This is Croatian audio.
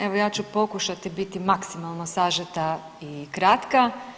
Evo ja ću pokušati biti maksimalno sažeta i kratka.